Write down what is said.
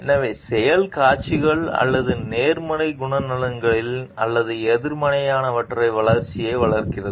எனவே செயல் காட்சிகள் அல்லது நேர்மறையான குணநலன்களின் அல்லது எதிர்மறையானவற்றின் வளர்ச்சியை வளர்க்கிறது